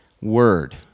word